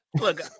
Look